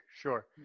sure